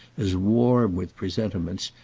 as warm with presentiments,